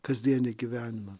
kasdienį gyvenimą